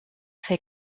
fer